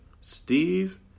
Steve